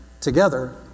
Together